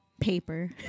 Paper